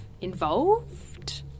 involved